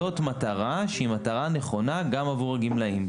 זאת מטרה שהיא מטרה נכונה גם עבור הגמלאים,